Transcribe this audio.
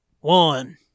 one